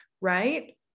right